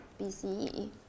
BCE